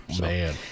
man